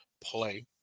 play